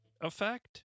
effect